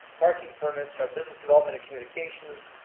parking permits, our business development and communications,